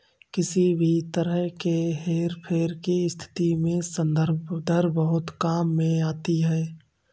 किसी भी तरह के हेरफेर की स्थिति में संदर्भ दर बहुत काम में आती है